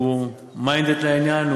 שהוא minded לעניין,